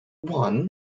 one